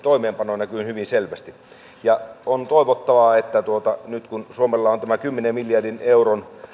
toimeenpano näkyy hyvin selvästi on toivottavaa että nyt kun suomella on tämä kymmenen miljardin euron